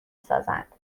سازند